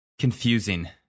Confusing